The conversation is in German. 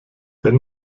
wenn